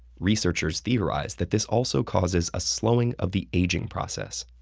researchers theorize that this also causes a slowing of the aging process.